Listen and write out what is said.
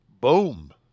boom